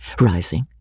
rising